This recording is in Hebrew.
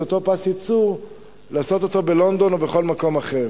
את אותו פס ייצור לעשות בלונדון או בכל מקום אחר.